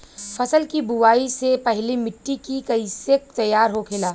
फसल की बुवाई से पहले मिट्टी की कैसे तैयार होखेला?